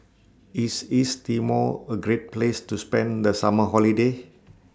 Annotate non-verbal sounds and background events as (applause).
IS East Timor A Great Place to spend The Summer (noise) Holiday